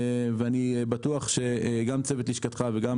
אני בטוח שגם צוות לשכתך וגם